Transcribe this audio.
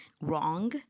Wrong